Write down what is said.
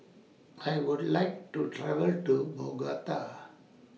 I Would like to travel to Bogota